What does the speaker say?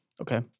Okay